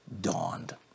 dawned